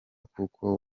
kuko